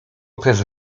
przez